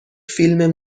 فیلم